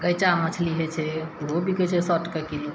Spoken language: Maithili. गइचा मछली होइ छै ओहो बिकै छै सए टके किलो